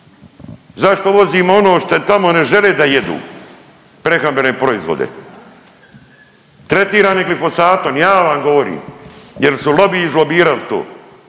Zašto uvozimo ono što tamo ne žele da jedu prehrambene proizvode tretirani glifosatom. Ja vam govorim, jer su lobiji izlobirali to.